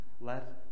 Let